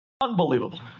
Unbelievable